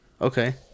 Okay